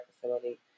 facility